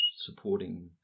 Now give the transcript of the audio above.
supporting